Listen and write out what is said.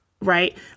Right